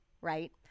right